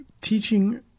Teaching